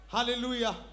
Hallelujah